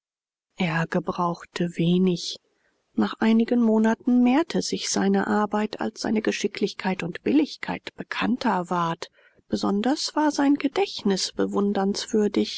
er gebrauchte wenig nach einigen monaten mehrte sich seine arbeit als seine geschicklichkeit und billigkeit bekannter ward besonders war sein gedächtnis